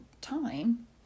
time